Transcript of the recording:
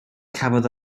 cafodd